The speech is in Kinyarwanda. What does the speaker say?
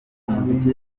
umuziki